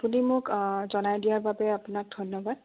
আপুনি মোক জনাই দিয়াৰ বাবে আপোনাক ধন্যবাদ